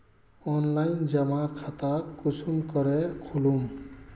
Online जमा खाता कुंसम करे खोलूम?